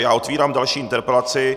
Já otevírám další interpelaci.